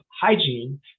hygiene